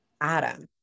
Adam